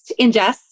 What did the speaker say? ingest